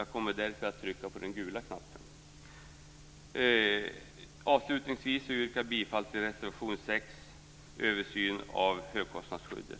Jag kommer därför att trycka på den gula knappen. Avslutningsvis yrkar jag bifall till reservation nr 6, Översyn av högkostnadsskyddet.